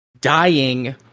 dying